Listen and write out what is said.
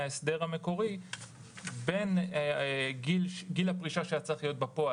ההסדר המקורי בין גיל הפרישה שהיה צריך להיות בפועל,